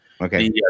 Okay